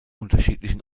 unterschiedlichen